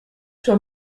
sur